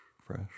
fresh